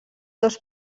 dos